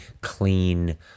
clean